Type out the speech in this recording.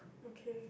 okay